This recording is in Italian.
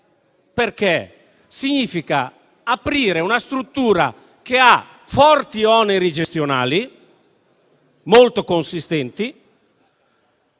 perché significa aprire una struttura che ha forti oneri gestionali, molto consistenti,